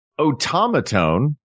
automaton